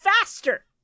faster